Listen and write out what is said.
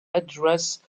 headdress